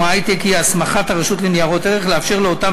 ההיי-טק היא הסמכת הרשות לניירות ערך לאפשר לאותם